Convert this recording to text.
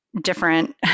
Different